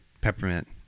Peppermint